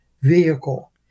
vehicle